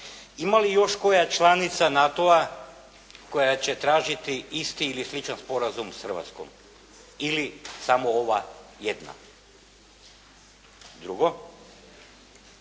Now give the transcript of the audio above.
ima li još koja članica NATO-a koja će tražiti isti ili sličan sporazum s Hrvatskom ili samo ova jedna? Drugo,